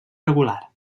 regular